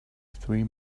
three